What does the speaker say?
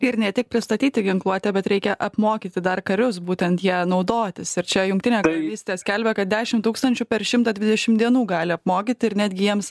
ir ne tik pristatyti ginkluotę bet reikia apmokyti dar karius būtent ja naudotis ir čia jungtinė karalystė skelbia kad dešim tūkstančių per šimtą dvidešim dienų gali apmokyti ir netgi jiems